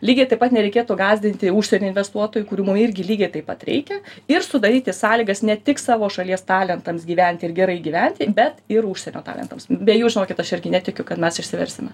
lygiai taip pat nereikėtų gąsdinti užsienio investuotojų kurių mum irgi lygiai taip pat reikia ir sudaryti sąlygas ne tik savo šalies talentams gyventi ir gerai gyventi bet ir užsienio talentams bei jų žinokit aš irgi netikiu kad mes išsiversime